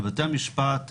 לבתי המשפט,